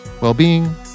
well-being